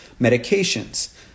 Medications